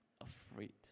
afraid